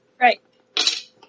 Right